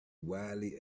wildly